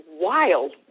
wild